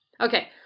Okay